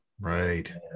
Right